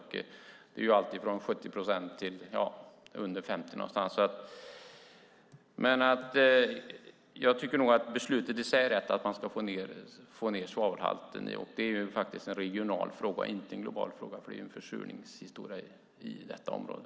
Det är alltifrån 70 procent till under 50 någonstans. Jag tycker nog att beslutet i sig, att man ska få ned svavelhalten, är rätt. Det är faktiskt en regional och inte en global fråga, eftersom det är en försurningshistoria i detta område.